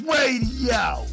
Radio